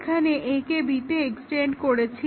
এখন আমরা A কে B টে এক্সটেন্ড করেছি